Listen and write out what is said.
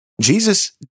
Jesus